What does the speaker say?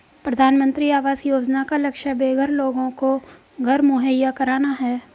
प्रधानमंत्री आवास योजना का लक्ष्य बेघर लोगों को घर मुहैया कराना है